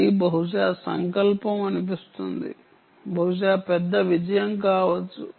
NB IoT బహుశా సంకల్పం అనిపిస్తుంది బహుశా పెద్ద విజయం కావచ్చు